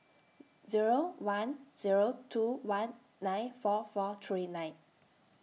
Zero one Zero two one nine four four three nine